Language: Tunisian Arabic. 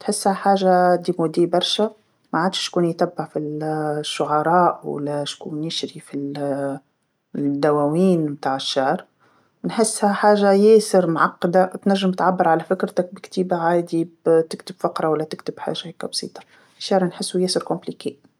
تحسها حاجه غير عصريه برشا ماعادش شكون يتبع فال-الشعراء وشكون يشري في ال- الدواوين تاع الشعر، نحسها حاجه ياسر معقده تنجم تعبر على فكرتك بكتيبه عادي تكتب فقره ولا تكتب حاجه هكاكا بسيطه، الشعر نحسو ياسر معقد.